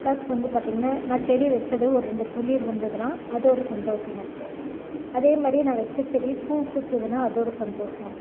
plus வந்து பார்த்திங்கன்னா நான் செடி வச்சதும் ரெண்டு துளிர் வந்ததுனா அது ஒரு சந்தோசம் எனக்கு அதே மாதிரி நான் வச்ச செடி பூ பூத்ததுனா அது ஒரு சந்தோசம்